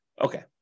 Okay